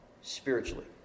spiritually